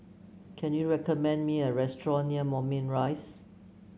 can you recommend me a restaurant near Moulmein Rise